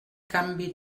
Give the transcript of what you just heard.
canvi